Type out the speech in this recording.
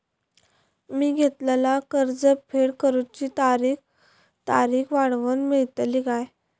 मी घेतलाला कर्ज फेड करूची तारिक वाढवन मेलतली काय?